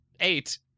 eight